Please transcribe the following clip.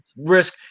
risk